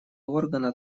органа